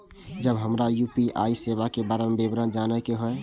जब हमरा यू.पी.आई सेवा के बारे में विवरण जाने के हाय?